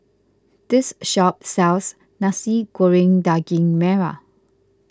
this shop sells Nasi Goreng Daging Merah